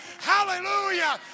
Hallelujah